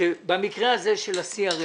שבמקרה הזה של ה-CRS,